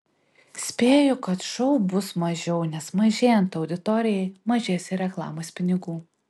spėju kad šou bus mažiau nes mažėjant auditorijai mažės ir reklamos pinigų